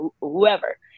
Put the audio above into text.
whoever